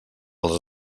les